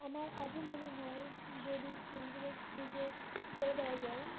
আমার আজও মনে হয় যদি শিল্পীদের সুযোগ করে দেওয়া যায়